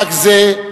חג זה,